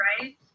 right